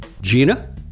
Gina